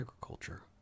agriculture